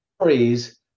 stories